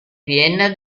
vienna